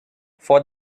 for